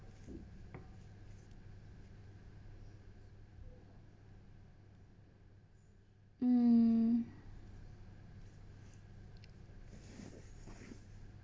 mm